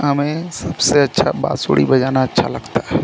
हमें सबसे अच्छा बाँसुरी बजाना अच्छा लगता है